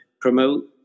promote